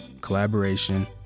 collaboration